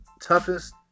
toughest